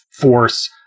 force